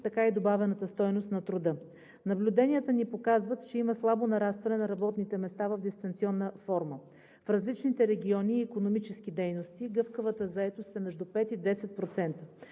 така и добавената стойност на труда. Наблюденията ни показват, че има слабо нарастване на работните места в дистанционна форма. В различните региони и икономически дейности гъвкавата заетост е между 5 и 10%